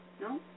No